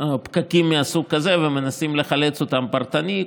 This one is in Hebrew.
על פקקים מסוג כזה ומנסים לחלץ אותם פרטנית,